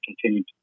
continue